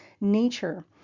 nature